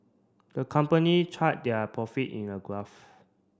the company chart their profit in a graph